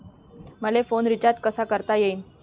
मले phone recharge कसा करता येईन?